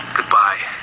Goodbye